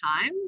time